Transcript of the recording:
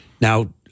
Now